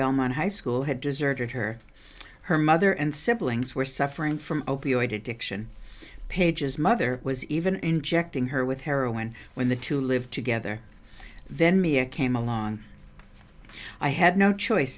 belmont high school had deserted her her mother and siblings were suffering from opioid addiction pages mother was even injecting her with heroin when the two live together then mia came along i had no choice